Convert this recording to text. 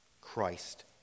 Christ